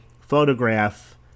photograph